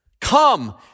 come